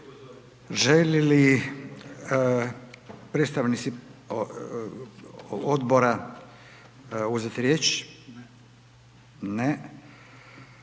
Žele li izvjestitelji odbora uzeti riječ? Ne,